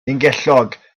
ungellog